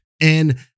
And-